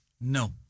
No